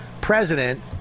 president